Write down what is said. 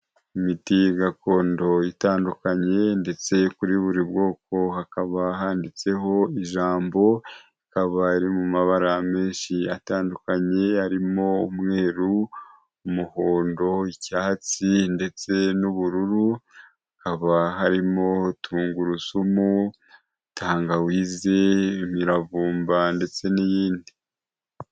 Imiti gakondo itandukanye ndetse kuri buri bwoko hakaba handitseho ijambo, ikaba iri mu mabara menshi atandukanye arimo umweru, umuhondo, icyatsi ndetse n'ubururu, hakaba harimo tungurusumu, tangawizi, imiravumba ndetse n'iyindi.